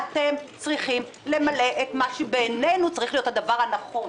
אתם צריכים למלא את מה שבעינינו צריך להיות הדבר הנכון.